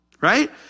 right